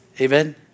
amen